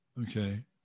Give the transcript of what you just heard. Okay